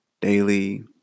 daily